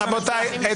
רבותיי,